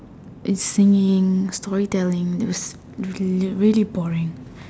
and singing story telling it was it was really boring